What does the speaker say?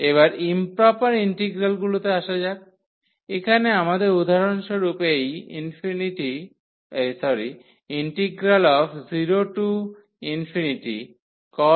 এবার ইম্প্রপার ইন্টিগ্রালগুলিতে আসা যাক এখানে আমাদের উদাহরণস্বরূপ এই 0cos xdx রয়েছে